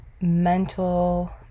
mental